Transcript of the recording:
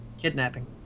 Kidnapping